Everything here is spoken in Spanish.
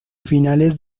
fines